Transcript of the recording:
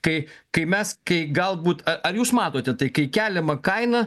kai kai mes kai galbūt ar jūs matote tai kai keliama kaina